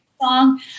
song